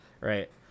Right